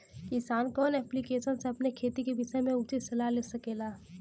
किसान कवन ऐप्लिकेशन से अपने खेती के विषय मे उचित सलाह ले सकेला?